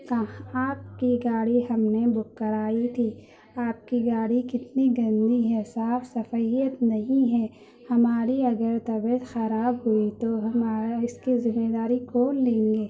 کہاں آپ کی گاڑی ہم نے بک کرائی تھی آپ کی گاڑی کتنی گندی ہے صاف صفائی نہیں ہے ہماری اگر طبیعت خراب ہوئى تو ہمارا اس كے ذمّہ دارى كون ليں گے